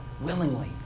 willingly